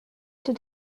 did